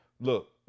Look